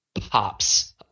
pops